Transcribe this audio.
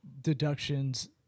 deductions